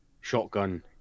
shotgun